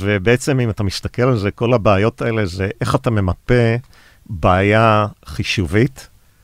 ובעצם אם אתה מסתכל על זה כל הבעיות האלה זה איך אתה ממפה בעיה חישובית.